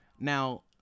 Now